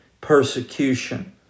persecution